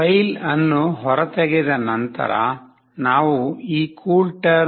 file ಅನ್ನು ಹೊರತೆಗೆದ ನಂತರ ನಾವು ಈ CoolTerm